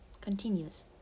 continues